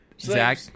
Zach